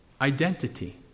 identity